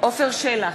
עפר שלח,